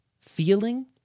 feeling